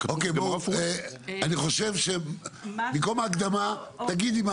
חושב שבמקום ההקדמה תגידי ,